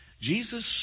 Jesus